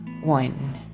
one